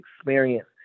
experience